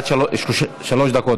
שלוש דקות,